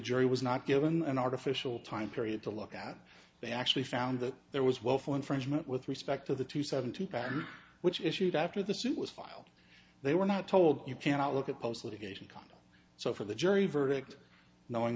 jury was not given an artificial time period to look at they actually found that there was willful infringement with respect to the two seventy which issued after the suit was filed they were not told you cannot look at post litigation connel so for the jury verdict knowing